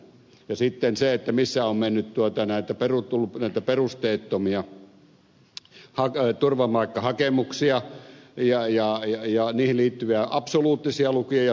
ja sitten se mitä on tullut näitä perusteettomia turvapaikkahakemuksia ja niihin liittyviä absoluuttisia lukuja ja suhdelukuja